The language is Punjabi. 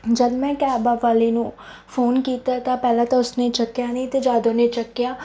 ਜਦੋਂ ਮੈਂ ਕੈਬ ਆ ਵਾਲੇ ਨੂੰ ਫੋਨ ਕੀਤਾ ਤਾਂ ਪਹਿਲਾਂ ਤਾਂ ਉਸਨੇ ਚੱਕਿਆ ਨਹੀਂ ਅਤੇ ਜਦੋਂ ਉਹਨੇ ਚੱਕਿਆ